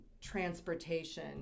transportation